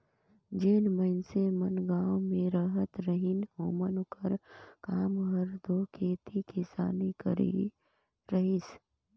जेन मइनसे मन गाँव में रहत रहिन ओमन कर काम हर दो खेती किसानी कर ही रहिस